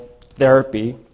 therapy